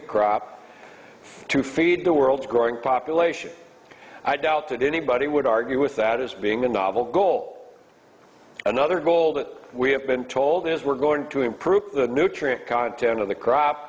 the crop to feed the world's growing population i doubt that anybody would argue with that as being a novel goal another goal that we have been told is we're going to improve the nutrient content of the crop